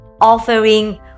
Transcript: offering